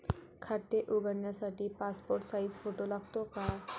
खाते उघडण्यासाठी passport size photo लागतो का?